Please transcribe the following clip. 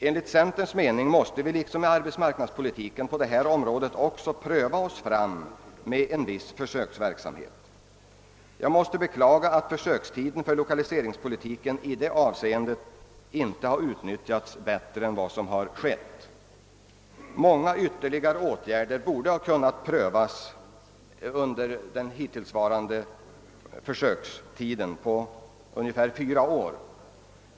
Enligt centerns mening måste vi härvidlag liksom när det gäller arbetsmarknadspolitiken pröva oss fram med en viss försöksverksamhet. Jag beklagar att försökstiden för lokaliseringspolitiken i detta avseende inte har utnyttjats bättre än som skett. Många ytterligare åtgärder borde ha kunnat prövas under den gångna perioden på cirka fyra år.